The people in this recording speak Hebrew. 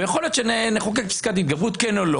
ויכול להיות שנחוקק פסקת התגברות כן או אל.